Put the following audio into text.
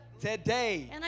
today